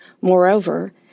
Moreover